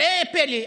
ראה זה פלא,